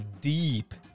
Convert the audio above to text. deep